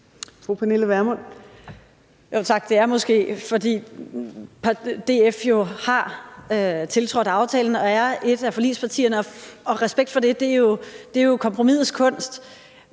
Pernille Vermund (NB): Tak. Det er måske, fordi DF jo har tiltrådt aftalen og er et af forligspartierne – og respekt for det. Det er jo kompromisets kunst.